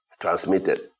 Transmitted